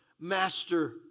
Master